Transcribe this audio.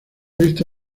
visto